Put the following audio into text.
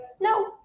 no